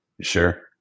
Sure